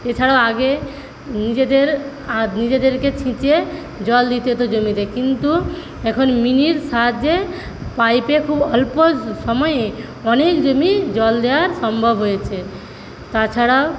এছাড়াও আগে নিজেদের নিজেদেরকে ছেঁচে জল দিতে হত জমিতে কিন্তু এখন মিনির সাহায্যে পাইপে খুব অল্প সময়ে অনেক জমি জল দেওয়া সম্ভব হয়েছে তাছাড়া